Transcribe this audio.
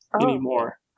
anymore